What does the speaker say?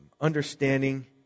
understanding